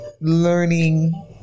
learning